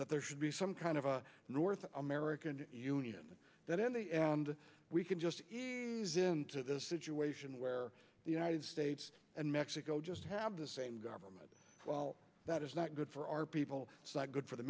that there should be some kind of a north american union that in the end we can just use into this situation where the united states and mexico just have the same government that is not good for our people it's not good for the